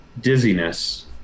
dizziness